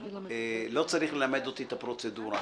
לא צריך ללמד אותי את הפרוצדורה.